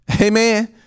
Amen